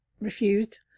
refused